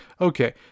Okay